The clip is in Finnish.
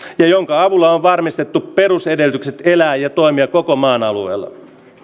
ja jonka avulla on varmistettu perusedellytykset elää ja toimia koko maan alueella